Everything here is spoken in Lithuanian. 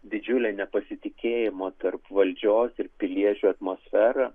didžiulę nepasitikėjimo tarp valdžios ir piliečių atmosferą